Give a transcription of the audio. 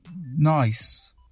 nice